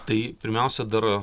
tai pirmiausia dar